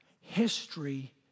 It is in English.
history